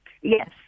Yes